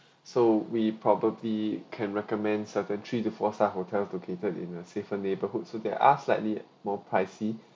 so we probably can recommend certain three to four star hotels located in a safer neighborhoods so there are slightly more pricey